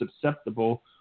susceptible